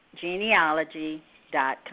Genealogy.com